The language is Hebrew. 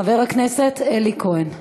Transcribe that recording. חבר הכנסת אלי כהן,